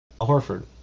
Horford